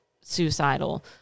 suicidal